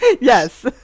Yes